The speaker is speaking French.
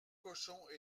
cochons